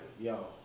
yo